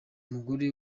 mugore